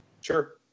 sure